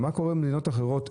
מה קורה במדינות אחרות,